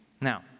Now